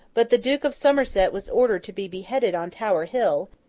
but the duke of somerset was ordered to be beheaded on tower hill,